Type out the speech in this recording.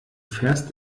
fährst